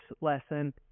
lesson